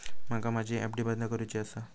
माका माझी एफ.डी बंद करुची आसा